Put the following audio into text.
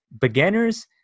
beginners